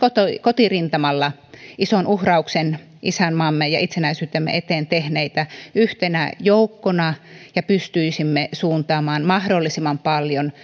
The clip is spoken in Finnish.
kotirintamalla ison uhrauksen isänmaamme ja itsenäisyytemme eteen tehneitä yhtenä joukkona ja pystyisimme suuntaamaan mahdollisimman paljon